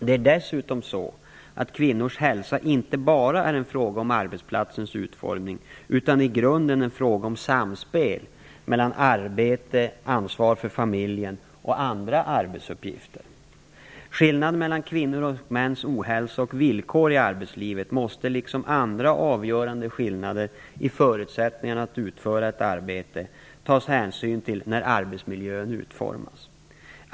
Det är dessutom så att kvinnors hälsa inte bara är en fråga om arbetsplatsens utformning utan i grunden en fråga om samspel mellan arbete, familjeansvar och andra arbetsuppgifter. Skillnaderna mellan kvinnors och mäns ohälsa och villkor i arbetslivet måste liksom andra avgörande skillnader i förutsättningarna att utföra ett arbete beaktas när arbetsmiljön utformas.